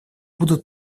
будут